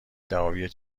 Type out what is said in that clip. دعاوی